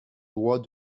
droit